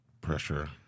pressure